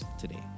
today